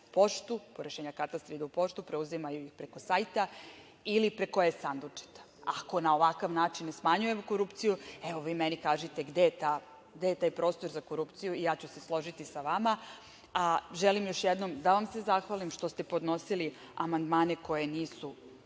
po rešenja katastra idu u poštu, preuzimaju ih preko sajta ili preko e-sandučeta. Ako na ovakav ne smanjujemo korupciju, evo vi meni kažite gde je taj prostor za korupciju i ja ću se složiti sa vama. Želim još jednom da vam se zahvalim što ste podnosili amandmane koji nisu